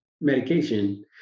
medication